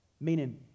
meaning